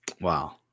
Wow